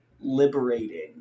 liberating